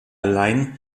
allein